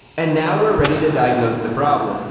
and now, we're ready to diagnose the problem.